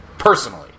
Personally